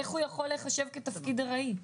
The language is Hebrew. איך הוא יכול להיחשב כתפקיד ארעי?